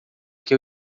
que